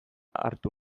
hartu